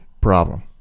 problem